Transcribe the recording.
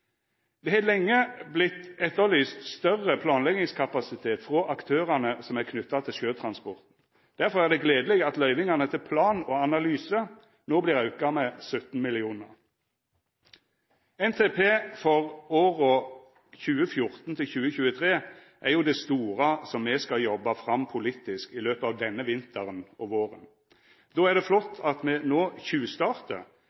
Det har lenge vorte etterlyst større planleggingskapasitet frå aktørane som er knytte til sjøtransporten. Derfor er det gledeleg at løyvingane til plan og analyse no vert auka med 17 mill. kr. NTP for åra 2014 til 2023 er jo det store som me skal jobba fram politisk i løpet av denne vinteren og våren. Då er det